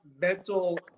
mental